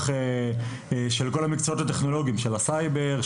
של כל המקצועות הטכנולוגיים: של הסייבר,